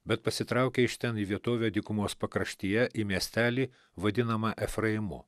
bet pasitraukė iš ten į vietovę dykumos pakraštyje į miestelį vadinamą efraimu